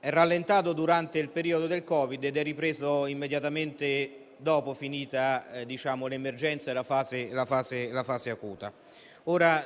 è rallentato durante il periodo del Covid ed è ripreso subito dopo la fine dell'emergenza e la fase acuta.